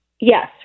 Yes